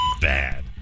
bad